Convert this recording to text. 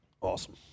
Awesome